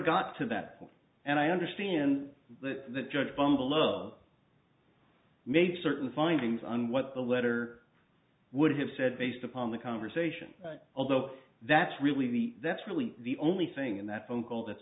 got to that point and i understand that the judge bungalow made certain findings on what the letter would have said based upon the conversation although that's really the that's really the only thing in that phone call that's